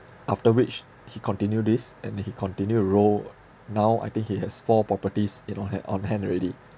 after which he continue this and he continue to roll now I think he has four properties you know had on hand already